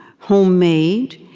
homemade,